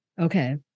Okay